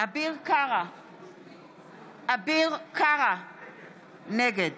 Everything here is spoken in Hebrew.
אביר קארה, נגד